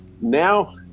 Now